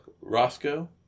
Roscoe